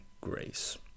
grace